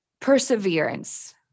perseverance